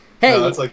hey